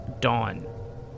Dawn